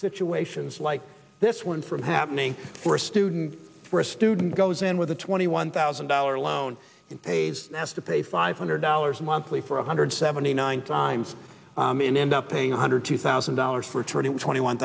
situations like this one from happening for a student for a student goes in with a twenty one thousand dollar loan pays has to pay five hundred dollars monthly for one hundred seventy nine times and end up paying one hundred two thousand dollars for turning twenty one